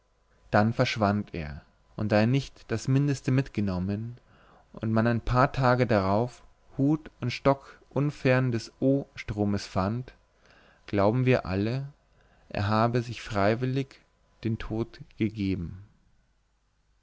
dann verschwand er und da er nicht das mindeste mitgenommen und man ein paar tage darauf hut und stock unfern des o stromes fand glauben wir alle er habe sich freiwillig den tod gegeben